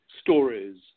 stories